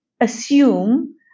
assume